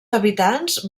habitants